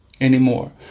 anymore